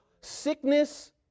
Sickness